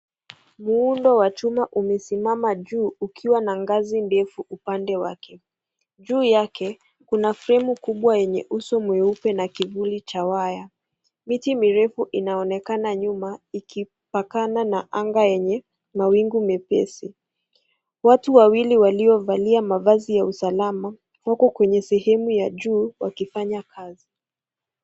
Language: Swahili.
Muundo wa chuma umesimama juu ukiwa na ngazi ndefu upande wake. Juu yake kuna fremu kubwa yenye uso mweupe na kivuli cha waya. Miti mirefu inaonekana nyuma ikipakana na anga yenye mawingu mepesi. Watu wawili waliovalia mavazi ya usalama wako kwenye sehemu ya juu wakifanya kazi.